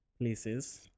places